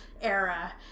era